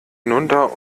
hinunter